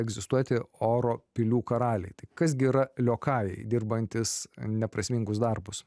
egzistuoti oro pilių karaliai tai kas gi yra liokajai dirbantys neprasmingus darbus